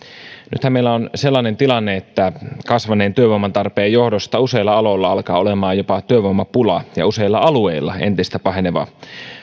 nythän meillä on sellainen tilanne että kasvaneen työvoiman tarpeen johdosta useilla aloilla alkaa olemaan jopa työvoimapula ja useilla alueilla entisestään paheneva